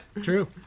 True